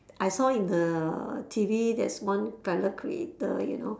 I saw in the T_V there is one propeller creator you know